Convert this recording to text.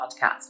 podcast